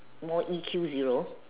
more E_Q zero